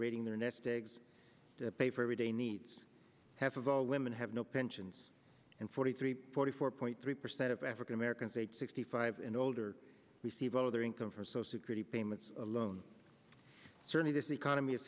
rating their nest eggs to pay for everyday needs half of all women have no pensions and forty three forty four point three percent of african americans age sixty five and older receive all of their income for so security payments alone cerny this economy i